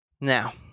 Now